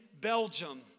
Belgium